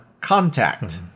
Contact